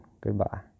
Goodbye